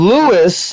Lewis